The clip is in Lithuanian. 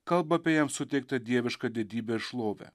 kalba apie jam suteiktą dievišką didybę ir šlovę